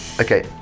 okay